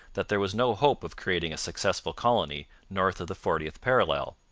that there was no hope of creating a successful colony north of the fortieth parallel.